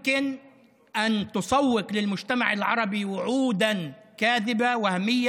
(אומר בערבית: כמה אפשר למכור לציבור הערבי הבטחות שווא